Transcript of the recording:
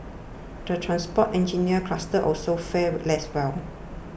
the transport engineering cluster also fared less well